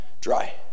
dry